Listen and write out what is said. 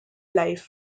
life